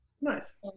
nice